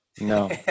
no